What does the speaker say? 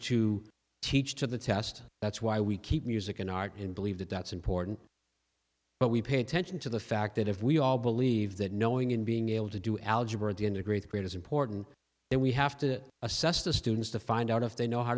to teach to the test that's why we keep music in art and believe that that's important but we pay attention to the fact that if we all believe that knowing and being able to do algebra the and the great great is important then we have to assess the students to find out if they know how